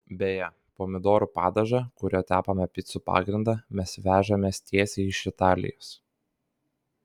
beje pomidorų padažą kuriuo tepame picų pagrindą mes vežamės tiesiai iš italijos